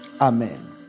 Amen